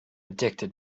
addicted